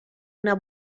una